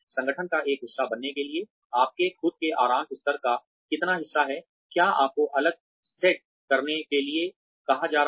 संगठन का एक हिस्सा बनने के लिए आपके खुद के आराम स्तर का कितना हिस्सा है क्या आपको अलग सेट करने के लिए कहा जा रहा है